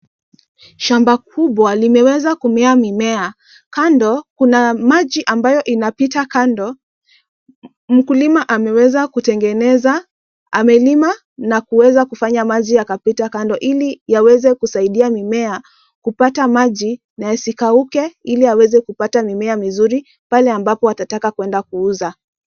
Shamba kubwa limeweza kumea mimea . Kando kuna maji ambayo inapita kando. Mkulima ameweza kutengeneza . Amelima na kuweza kufanya maji yakapita kando ili yaweze kusaidia mimea kupata maji na yasikauke ili yaweze kupata mimea mizuri pale ambapo atataka kuenda kuuza.